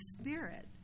Spirit